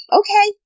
okay